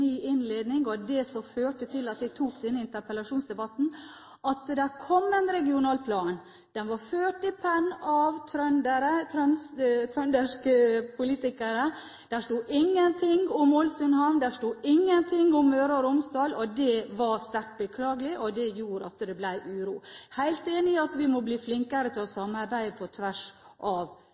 innledning, og som førte til at jeg tok initiativet til denne interpellasjonsdebatten, at det kom en regional plan, som var ført i pennen av trønderske politikere, men det sto ingenting om Ålesund havn, det sto ingenting om Møre og Romsdal. Det var sterkt beklagelig, og det gjorde at det ble uro. Jeg er helt enig i at vi må bli flinkere til å samarbeide på tvers av